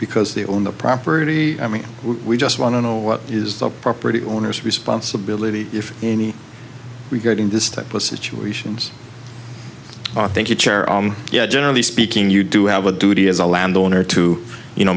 because they own the property i mean we just want to know what is the property owner's responsibility if any we get in this type of situations thank you yeah generally speaking you do have a duty as a landowner to you know